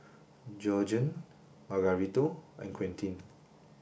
Georgiann Margarito and Quentin